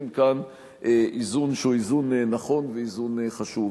כאן איזון שהוא איזון נכון ואיזון חשוב.